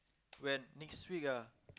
when next week ah